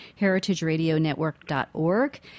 heritageradionetwork.org